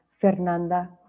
Fernanda